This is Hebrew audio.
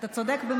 אתה צודק.